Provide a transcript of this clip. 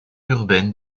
urbaine